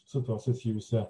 su tuo susijusią